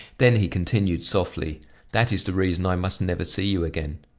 then he continued softly that is the reason i must never see you again.